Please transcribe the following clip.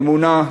אמונה,